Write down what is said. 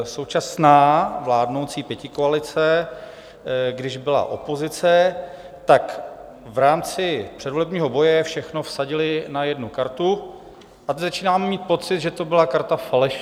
Současná vládnoucí pětikoalice, když byla opozice, tak v rámci předvolebního boje všechno vsadili na jednu kartu a teď začínám mít pocit, že to byla karta falešná.